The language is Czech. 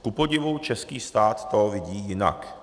Kupodivu český stát to vidí jinak.